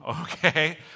okay